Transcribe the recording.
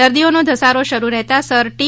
દર્દીઓનો ધસારો શરૂ રહેતા સર ટી